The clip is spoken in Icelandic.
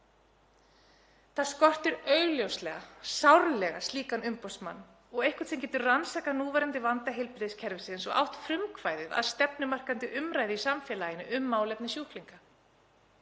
Það skortir augljóslega sárlega slíkan umboðsmann og einhvern sem getur rannsakað núverandi vanda heilbrigðiskerfisins og átt frumkvæðið að stefnumarkandi umræðu í samfélaginu um málefni sjúklinga.